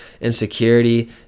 insecurity